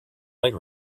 like